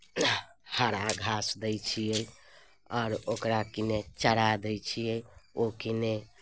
हरा घास दैत छियै आओर ओकरा किने चारा दैत छियै ओ किने